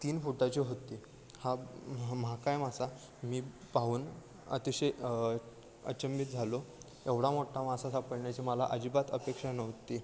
तीन फुटाची होती हा महाकाय मासा मी पाहून अतिशय अचंबित झालो एवढा मोठा मासा सापडण्याची मला अजिबात अपेक्षा नव्हती